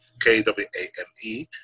K-W-A-M-E